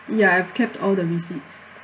ya I've kept all the receipts